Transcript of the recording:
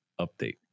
update